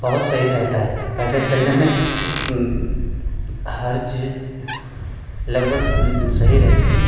बहुत सही रहता है पैदल चलने में हर चीज लगभग सही रहती है